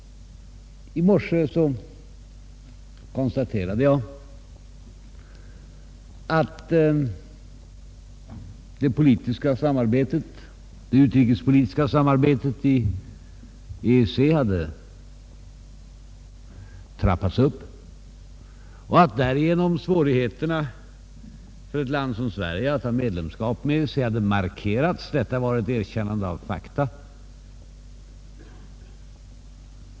I morse konstaterade jag att det utrikespolitiska samarbetet i EEC hade trappats upp och att svårigheterna för ett land som Sverige att ha medlemskap i EEC därigenom hade markerats; detta var ett erkännande av fakta.